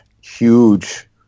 huge